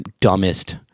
dumbest